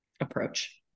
approach